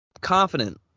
confident